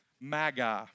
magi